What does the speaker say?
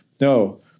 No